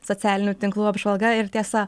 socialinių tinklų apžvalga ir tiesa